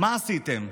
מה עשיתם?